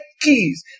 keys